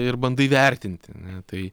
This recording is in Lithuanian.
ir bandai vertinti ane tai